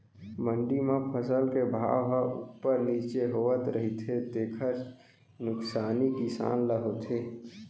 मंडी म फसल के भाव ह उप्पर नीचे होवत रहिथे तेखर नुकसानी किसान ल होथे